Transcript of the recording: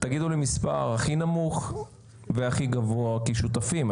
תגידו לי מספר הכי נמוך והכי גבוה, כשותפים.